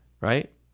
right